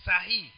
Sahi